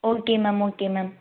okay ma'am okay ma'am